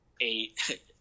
eight